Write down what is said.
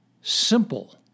Simple